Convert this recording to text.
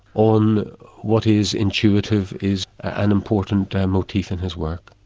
on what is intuitive, is an important motif in his work.